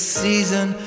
season